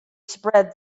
spread